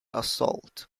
assault